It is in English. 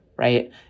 Right